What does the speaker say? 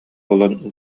буолан